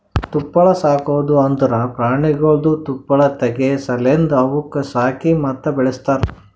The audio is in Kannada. ತುಪ್ಪಳ ಸಾಕದ್ ಅಂದುರ್ ಪ್ರಾಣಿಗೊಳ್ದು ತುಪ್ಪಳ ತೆಗೆ ಸಲೆಂದ್ ಅವುಕ್ ಸಾಕಿ ಮತ್ತ ಬೆಳಸ್ತಾರ್